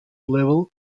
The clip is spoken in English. level